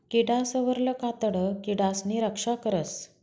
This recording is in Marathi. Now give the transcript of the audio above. किडासवरलं कातडं किडासनी रक्षा करस